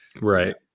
Right